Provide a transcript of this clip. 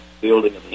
building